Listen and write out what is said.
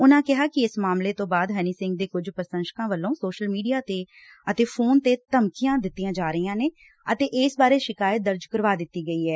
ਉਨਾਂ ਕਿਹਾ ਕਿ ਇਸ ਮਾਮਲੇ ਤੋਂ ਬਾਅਦ ਹਨੀ ਸਿੰਘ ਦੇ ਕੁੱਝ ਪ੍ਰਸ਼ੰਸਕਾਂ ਵਲੋਂ ਸੋਸ਼ਲ ਮੀਡੀਆ ਅਤੇ ਫੋਨ ਤੇ ਧਮਕੀਆਂ ਦਿਤੀਆਂ ਜਾ ਰਹੀਆਂ ਨੇ ਤੇ ਇਸ ਬਾਰੇ ਸ਼ਿਕਾਇਤ ਦਰਜ ਕਰਵਾ ਦਿੱਤੀ ਗਈ ਐ